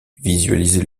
visualiser